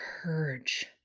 purge